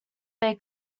they